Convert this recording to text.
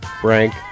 Frank